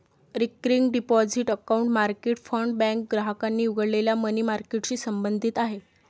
recurring deposit account market fund bank ग्राहकांनी उघडलेल्या money मार्केटशी संबंधित आहे